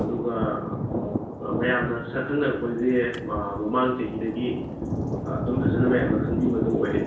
ꯑꯗꯨꯒ ꯃꯌꯥꯝꯅ ꯁꯛ ꯈꯪꯅꯔꯛꯄꯗꯤ ꯃꯃꯥꯡ ꯆꯍꯤꯗꯒꯤ ꯑꯥ ꯑꯗꯨꯝ ꯐꯖꯅ ꯃꯌꯥꯝꯅ ꯈꯪꯕꯤꯕꯗꯨ ꯑꯣꯏꯔꯛꯑꯦ